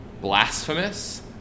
blasphemous